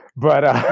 but.